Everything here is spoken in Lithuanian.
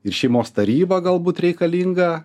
ir šeimos taryba galbūt reikalinga